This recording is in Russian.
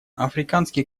африканский